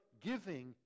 giving